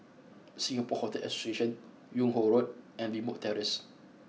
Singapore Hotel Association Yung Ho Road and Limbok Terrace